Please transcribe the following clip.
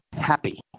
happy